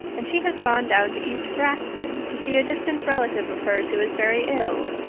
and she has gone down to east grafton to see a distant relative of hers who is very ill,